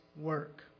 work